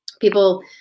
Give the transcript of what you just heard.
people